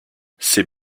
c’est